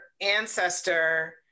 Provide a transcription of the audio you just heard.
ancestor